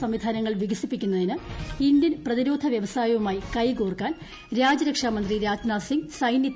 സംവിധാനങ്ങൾ വികസിപ്പിക്കുന്നതിന് ഇന്ത്യൻ പ്രതിരോധ വൃവസായവുമായി കൈകോർക്കാൻ രാജ്യരക്ഷാമന്ത്രി രാജ്നാഥ് സിംഗ് സൈനൃത്തിന്റെ പിന്തുണ തേടി